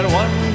one